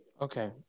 okay